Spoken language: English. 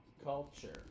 Culture